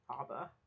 Abba